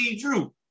Drew